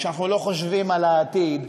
שאנחנו לא חושבים על העתיד.